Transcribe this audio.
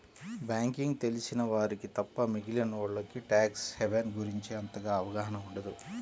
banking తెలిసిన వారికి తప్ప మిగిలినోల్లకి ట్యాక్స్ హెవెన్ గురించి అంతగా అవగాహన ఉండదు